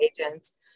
agents